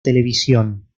televisión